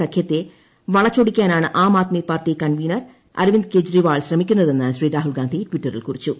സഖ്യത്തെ വളച്ചൊടിക്കാനാണ് ആളു ആദ്മി പാർട്ടി കൺവീനർ അരവിന്ദ് കെജ്രിവാൾ ശ്രമിക്കുന്നതെന്ന് ശ്വീർാഹ്യിൽഗാന്ധി ടിറ്ററിൽ കുറിച്ചു